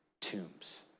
tombs